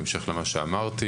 בהמשך למה שאמרתי,